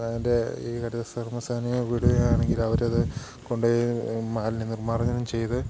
അതിൻ്റെ ഈ ഹരിത കർമ്മസേനയെ വിടുകയാണെങ്കിൽ അവരത് കൊണ്ടുപോയി മാലിന്യനിർമാർജ്ജനം ചെയ്ത്